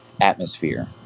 atmosphere